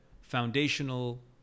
foundational